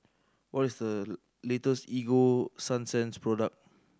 what is the latest Ego Sunsense product